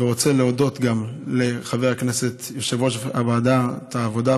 ורוצה להודות גם ליושב-ראש ועדת העבודה,